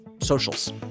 socials